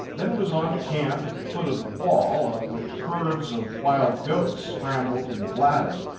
then it was on to camp at the foot of the wall, up which herds of wild goats scrambled and blatted,